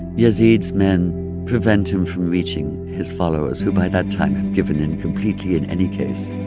yazid's men prevent him from reaching his followers, who, by that time, had given in completely, in any case.